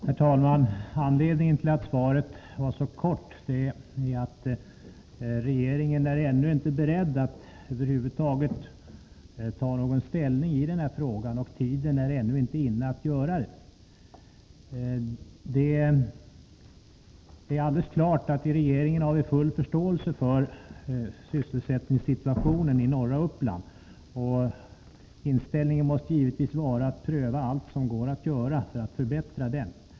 Herr talman! Anledningen till att svaret var så kort är att regeringen ännu inte är beredd att över huvud taget ta ställning i den här frågan. Tiden är ännu inte inne att göra det. Det är alldeles klart att vi i regeringen har full förståelse för sysselsättningssituationen i norra Uppland, och inställningen måste givetvis vara att pröva allt som går att göra för att förbättra den.